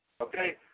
Okay